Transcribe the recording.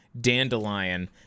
dandelion